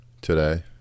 today